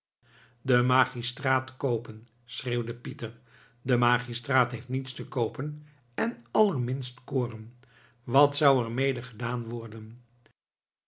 de magistraat koopen schreeuwde pieter de magistraat heeft niets te koopen en allerminst koren wat zou er mede gedaan worden